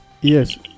Yes